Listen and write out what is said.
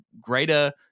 greater